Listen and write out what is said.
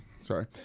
Sorry